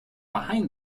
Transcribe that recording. behind